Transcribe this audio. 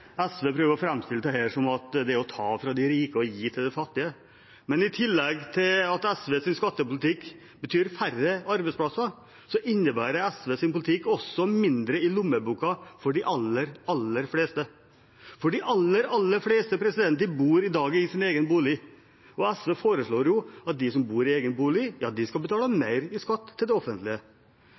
SV prøver å framstille dette som at det er å ta fra de rike og gi til de fattige, men i tillegg til at SVs skattepolitikk betyr færre arbeidsplasser, innebærer SVs politikk også mindre i lommeboken for de aller, aller fleste. De aller fleste bor i dag i sin egen bolig, og SV foreslår at de som bor i egen bolig, skal betale mer i skatt til det offentlige.